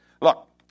Look